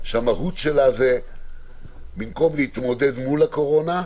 שהמהות שלה במקום להתמודד מול הקורונה,